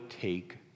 take